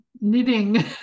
knitting